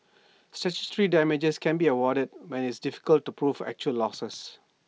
statutory damages can be awarded when IT is difficult to prove actual losses